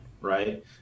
right